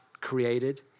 created